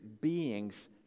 beings